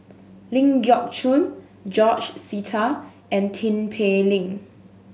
Ling Geok Choon George Sita and Tin Pei Ling